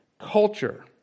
culture